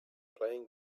playing